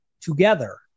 together